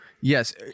Yes